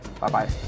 Bye-bye